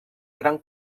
gran